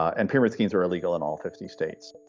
and pyramid schemes are illegal in all fifty states.